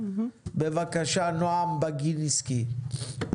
בבקשה, נועם בגינסקי.